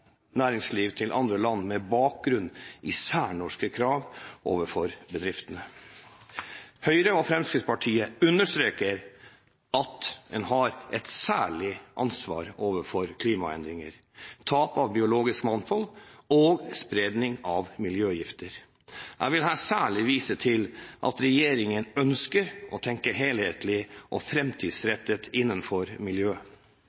næringsliv til andre land med bakgrunn i særnorske krav overfor bedriftene. Høyre og Fremskrittspartiet understreker at man har et særlig ansvar overfor klimaendringer, tap av biologisk mangfold og spredning av miljøgifter. Jeg vil her særlig vise til at regjeringen ønsker å tenke helhetlig og framtidsrettet innenfor miljø.